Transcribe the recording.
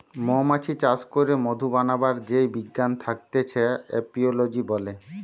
মৌমাছি চাষ করে মধু বানাবার যেই বিজ্ঞান থাকতিছে এপিওলোজি বলে